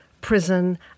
prison